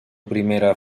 primera